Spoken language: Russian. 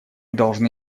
должны